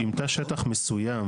אם תא שטח מסוים,